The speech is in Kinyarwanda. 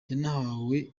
yanahawe